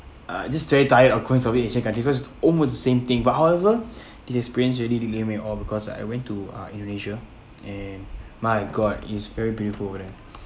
uh just very tired of going asian countries because almost the same thing but however the experience really do leave me in awe because I went to uh indonesia and my god it's very beautiful over there